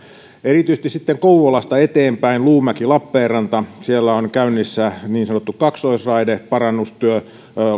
erityisesti sitten kouvolasta eteenpäin välillä luumäki lappeenranta on käynnissä niin sanottu kaksoisraideparannustyö välillä